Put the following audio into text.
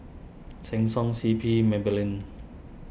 Sheng Siong C P Maybelline